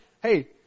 Hey